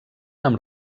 amb